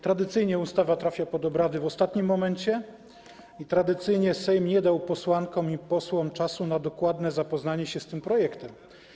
Tradycyjnie ustawa trafia pod obrady w ostatnim momencie i tradycyjnie Sejm nie dał posłankom i posłom czasu na dokładne zapoznanie się z jej projektem.